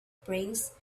brains